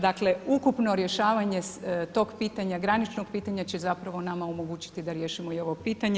Dakle, ukupno rješavanje tog pitanja, graničnog pitanja će zapravo nama omogućiti da riješimo i ovo pitanje.